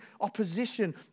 opposition